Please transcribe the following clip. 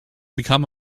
become